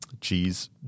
Cheese